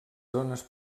zones